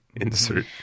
Insert